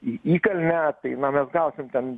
į įkalnę tai na mes gausim ten